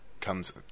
comes